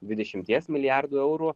dvidešimties milijardų eurų